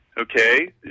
Okay